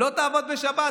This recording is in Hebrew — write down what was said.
לא תעבוד בשבת.